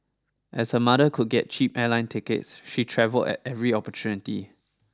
as her mother could get cheap airline tickets she travelled at every opportunity